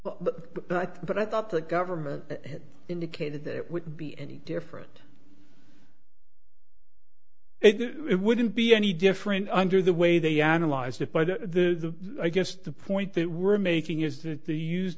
but but i thought the government indicated that it would be any different it wouldn't be any different under the way they analyzed it by the i guess the point that we're making is that the